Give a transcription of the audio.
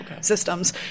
systems